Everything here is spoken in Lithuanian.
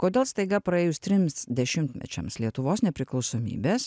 kodėl staiga praėjus trims dešimtmečiams lietuvos nepriklausomybės